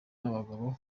n’abagabo